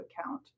account